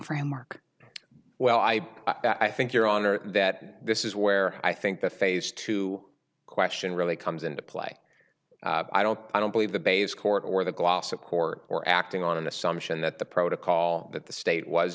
framework well i i think your honor that this is where i think the phase two question really comes into play i don't i don't believe the baize court or the gloss of court or acting on an assumption that the protocol that the state was